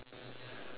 alright